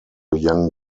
young